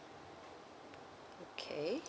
okay